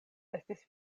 estis